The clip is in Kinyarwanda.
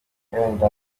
wenda